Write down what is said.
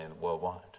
worldwide